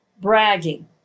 bragging